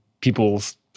people's